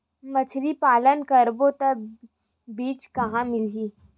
मछरी पालन करबो त बीज कहां मिलही?